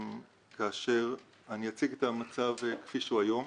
כאשר אני אציג את המצב כפי שהוא היום.